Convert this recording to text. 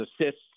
assists